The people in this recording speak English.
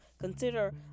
consider